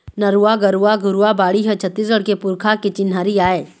नरूवा, गरूवा, घुरूवा, बाड़ी ह छत्तीसगढ़ के पुरखा के चिन्हारी आय